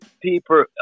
people